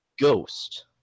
ghost